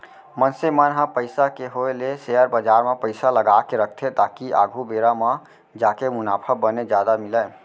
मनसे मन ह पइसा के होय ले सेयर बजार म पइसा लगाके रखथे ताकि आघु बेरा म जाके मुनाफा बने जादा मिलय